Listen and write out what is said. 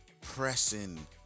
pressing